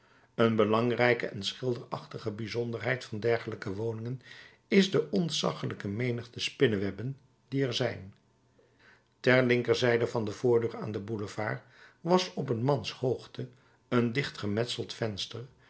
een belangrijke en schilderachtige bijzonderheid van dergelijke woningen is de ontzaggelijke menigte spinnewebben die er zijn ter linkerzijde van de voordeur aan den boulevard was op een manshoogte een dichtgemetseld venster